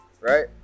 right